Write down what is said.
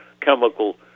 chemical